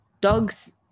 dogs